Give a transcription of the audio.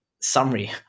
summary